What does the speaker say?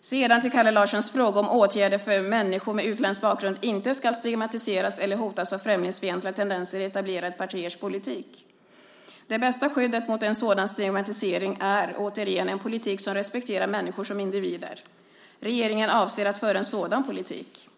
Sedan till Kalle Larssons fråga om åtgärder för att människor med utländsk bakgrund inte ska stigmatiseras eller hotas av främlingsfientliga tendenser i etablerade partiers politik. Det bästa skyddet mot en sådan stigmatisering är, återigen, en politik som respekterar människor som individer. Regeringen avser att föra en sådan politik.